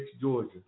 Georgia